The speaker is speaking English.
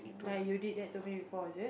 like you did that to me before is it